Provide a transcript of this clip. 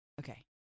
Okay